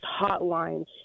Hotline